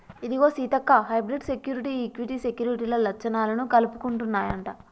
ఇదిగో Seethakka hybrid security, equity సెక్యూరిటీల లచ్చణాలను కలుపుకుంటన్నాయంట